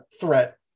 threat